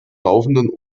laufenden